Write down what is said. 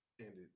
ended